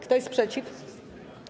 Kto jest przeciw?